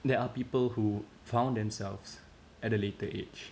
there are people who found themselves at a later age